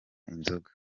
inzoga